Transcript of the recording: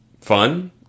fun